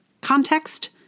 Context